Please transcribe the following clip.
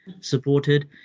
supported